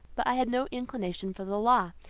but i had no inclination for the law,